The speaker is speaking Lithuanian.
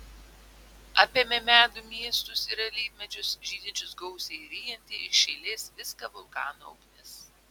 apėmė medų miestus ir alyvmedžius žydinčius gausiai ryjanti iš eilės viską vulkano ugnis